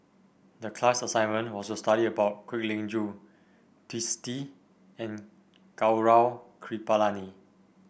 the class assignment was to study about Kwek Leng Joo Twisstii and Gaurav Kripalani